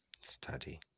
study